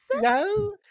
No